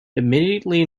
immediately